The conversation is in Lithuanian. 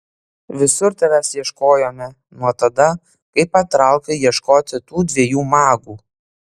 visur tavęs ieškojome nuo tada kai patraukei ieškoti tų dviejų magų